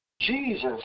Jesus